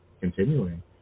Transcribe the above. continuing